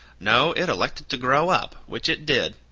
no, it elected to grow up, which it did.